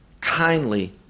kindly